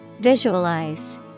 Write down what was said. Visualize